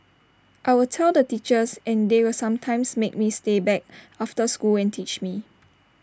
I'll tell the teachers and they will sometimes make me stay back after school and teach me